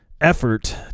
effort